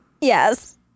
Yes